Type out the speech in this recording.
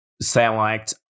select